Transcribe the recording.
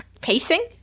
pacing